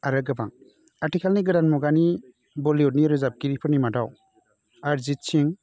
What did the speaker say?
आरो गोबां आथिखालनि गोदान मुगानि बलिउदनि रोजाबगिरिफोरनि मादाव आरजिट सिंह